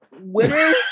winner